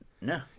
No